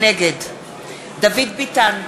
נגד דוד ביטן,